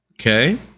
okay